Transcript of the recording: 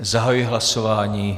Zahajuji hlasování.